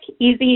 easy